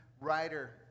writer